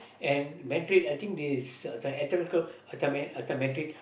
and Madrid I think it's uh this one this one Madrid